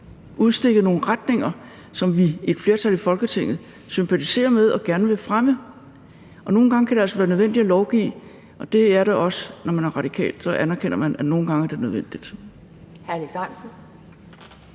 udstikke nogle retninger, som vi, et flertal i Folketinget, sympatiserer med og gerne vil fremme, og nogle gange kan det altså være nødvendigt at lovgive, og det er det også, når man er radikal – så anerkender man, at nogle gange er det nødvendigt.